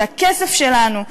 שהכסף שלנו,